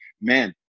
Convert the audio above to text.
man